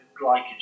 glycogen